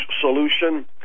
solution